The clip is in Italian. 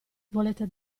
volete